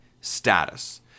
status